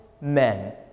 men